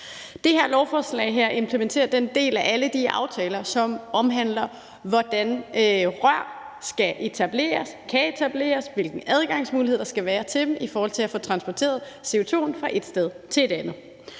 Det her lovforslag implementerer den del af alle de aftaler, som omhandler, hvordan rør skal etableres og kan etableres, og hvilke adgangsmuligheder der skal være til dem i forhold til at få transporteret CO2'en fra et sted til et andet.